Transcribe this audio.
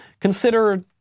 Consider